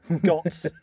got